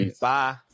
Bye